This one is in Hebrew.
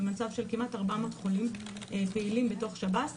מצב של כמעט 400 חולים פעילים בתוך שב"ס,